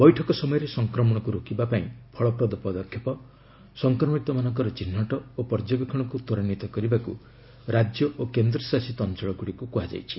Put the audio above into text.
ବୈଠକ ସମୟରେ ସଂକ୍ରମଣକୁ ରୋକିବା ପାଇଁ ଫଳପ୍ରଦ ପଦକ୍ଷେପ ସଂକ୍ରମିତମାନଙ୍କର ଚିହ୍ରଟ ଓ ପର୍ଯ୍ୟବେକ୍ଷଣକୃ ତ୍ୱରାନ୍ୱିତ କରିବାକୁ ରାଜ୍ୟ ଓ କେନ୍ଦ୍ରଶାସିତ ଅଞ୍ଚଳ ଗୁଡ଼ିକୁ କୁହାଯାଇଛି